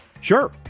Sure